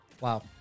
Wow